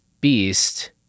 beast